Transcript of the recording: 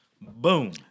Boom